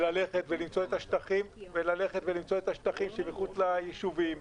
וללכת ולמצוא את השטחים שמחוץ ליישובים,